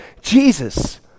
Jesus